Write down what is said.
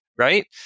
Right